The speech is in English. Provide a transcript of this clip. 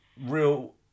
real